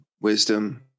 Wisdom